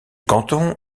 canton